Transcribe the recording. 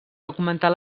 augmentar